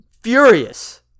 furious